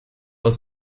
aus